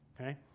Okay